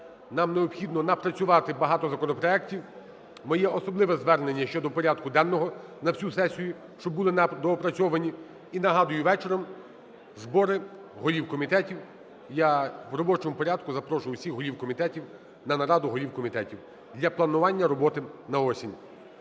Нам необхідно напрацювати багато законопроектів. Моє особливе звернення щодо порядку денного на всю сесію, щоб були доопрацьовані. І нагадую, вечором збори голів комітетів. Я в робочому порядку запрошую усіх голів комітетів на нараду голів комітетів для планування роботи на осінь.